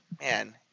man